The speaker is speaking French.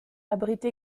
abrite